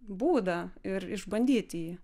būdą ir išbandyti jį